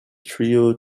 trio